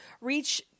reach